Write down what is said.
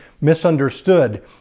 misunderstood